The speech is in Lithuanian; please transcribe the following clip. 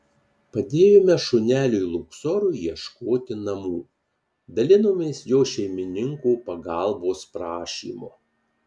padėjome šuneliui luksorui ieškoti namų dalinomės jo šeimininko pagalbos prašymu